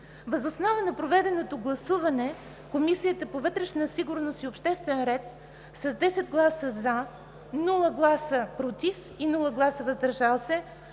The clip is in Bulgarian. Въз основа на проведеното гласуване Комисията по вътрешна сигурност и обществен ред с 10 гласа „за“, без „против“ и „въздържал се“